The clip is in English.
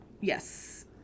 Yes